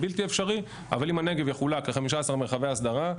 אבל אם הנגב יחולק ל-15 מרחבי הסדרה,